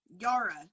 Yara